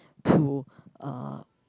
to uh